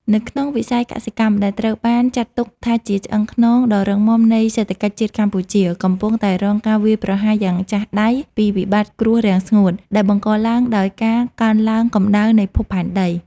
នៅក្នុងវិស័យកសិកម្ម ដែលត្រូវបានចាត់ទុកថាជាឆ្អឹងខ្នងដ៏រឹងមាំនៃសេដ្ឋកិច្ចជាតិកម្ពុជា កំពុងតែរងការវាយប្រហារយ៉ាងចាស់ដៃពីវិបត្តិគ្រោះរាំងស្ងួត ដែលបង្កឡើងដោយការកើនឡើងកម្ដៅនៃភពផែនដី។